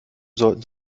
sollten